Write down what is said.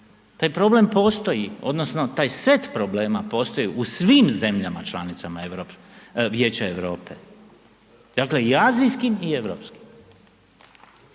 taj problem postoji, odnosno taj set problema postoji u svim zemljama članicama Vijeća Europe, dakle i azijskim i europskim.